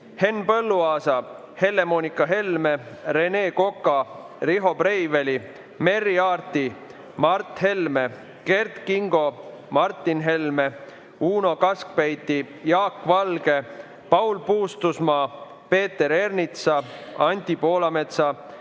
Henn Põlluaasa, Helle-Moonika Helme, Rene Koka, Riho Breiveli, Merry Aarti, Mart Helme, Kert Kingo, Martin Helme, Uno Kaskpeiti, Jaak Valge, Paul Puustusmaa, Peeter Ernitsa, Anti Poolametsa,